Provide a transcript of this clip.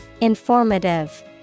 Informative